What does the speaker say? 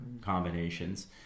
combinations